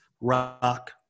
rock